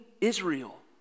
Israel